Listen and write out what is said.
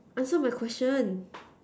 answer my question